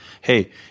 Hey